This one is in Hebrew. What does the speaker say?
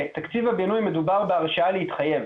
בתקציב הבינוי מדובר בהרשאה להתחייב.